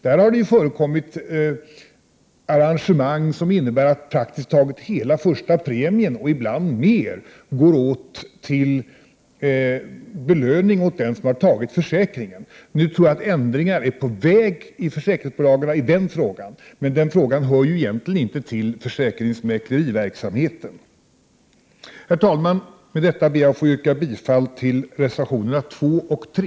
Där har det förekommit arrangemang som innebär att praktiskt taget hela första premien, och ibland mer, går åt till belöning åt den som har sålt försäkringen. Nu tror jag att ändringar är på väg i försäkringsbolagen i den frågan. Men den frågan hör egentligen inte till försäkringsmäkleriverksamheten. Herr talman! Med detta ber jag att få yrka bifall till reservationerna 2 och 3.